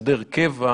הסדר קבע,